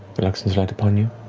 the luxon's light upon you.